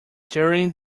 during